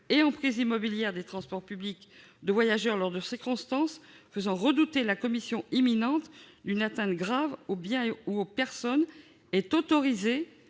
et emprises immobilières des transports publics de voyageurs lors de circonstances faisant redouter la commission imminente d'une atteinte grave aux biens ou aux personnes est autorisée